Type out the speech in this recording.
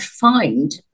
find –